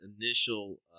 initial